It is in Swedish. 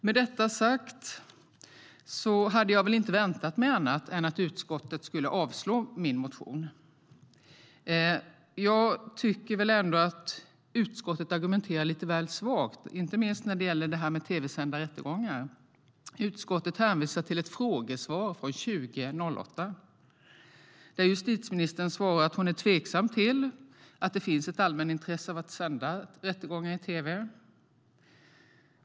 Med detta sagt hade jag inte väntat mig annat än att utskottet skulle avstyrka min motion. Jag tycker ändå att utskottet argumenterar lite väl svagt, inte minst när det gäller tv-sända rättegångar. Utskottet hänvisar till ett frågesvar från 2008 där justitieministern svarar att hon är tveksam till att det finns ett allmänintresse av att sända rättegångar i tv.